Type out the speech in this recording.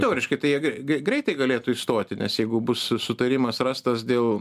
teoriškai tai jie greitai galėtų įstoti nes jeigu bus sutarimas rastas dėl